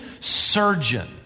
surgeon